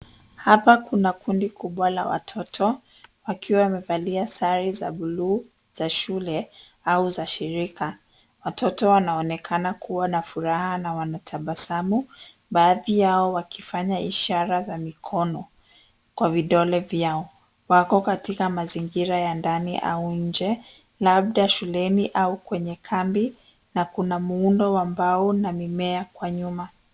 Hapa kuna kundi kubwa la watoto wakiwa wamevalia sare za blue za shule au za shirika. Watoto wanaonekana kuwa na furaha na wana tabasamu, baadhi yao wakifanya ishara za mikono kwa vidole vyao. Wako katika mazingira ya ndani au nje, labda shuleni au kwenye kambi na kuna muundo wa mbao na mimea kwa nyuma.